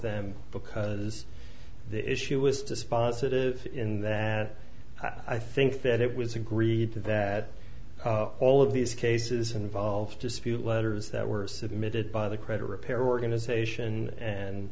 them because the issue was dispositive in that i think that it was agreed to that all of these cases involve dispute letters that were submitted by the credit repair organization and